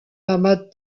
ahmad